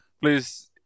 Please